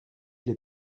les